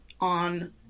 on